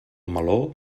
meló